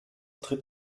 tritt